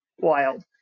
wild